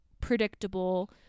predictable